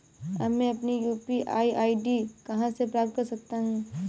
अब मैं अपनी यू.पी.आई आई.डी कहां से प्राप्त कर सकता हूं?